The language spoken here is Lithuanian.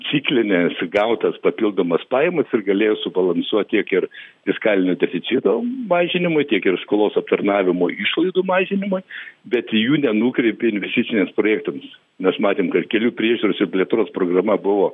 ciklines gautas papildomas pajamas ir galėjo subalansuot tiek ir fiskalinio deficito mažinimui tiek ir skolos aptarnavimo išlaidų mažinimui bet jų nenukreipė investiciniams projektams mes matėm kad kelių priežiūros ir plėtros programa buvo